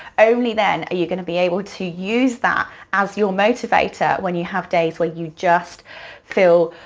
only then are you going to be able to use that as your motivator when you have days where you just feel